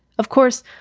of course,